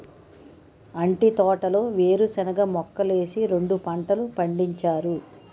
అంటి తోటలో వేరుశనగ మొక్కలేసి రెండు పంటలు పండించారు